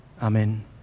Amen